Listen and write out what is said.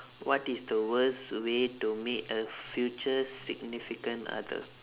what is the worst way to meet a future significant other